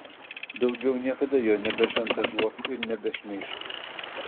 daugiau niekada jo nebešantažuok ir nebešmeižk